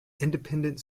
independent